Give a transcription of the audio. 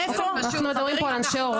אנחנו מדברים פה על אנשי הוראה.